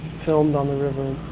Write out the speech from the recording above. filmed on the river.